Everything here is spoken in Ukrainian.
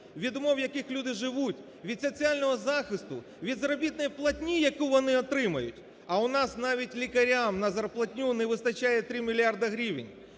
від умов, в яких люди живуть, від соціального захисту, від заробітної платні, яку вони отримують, а у нас навіть лікарям на зарплатню не вистачає три мільярда гривень.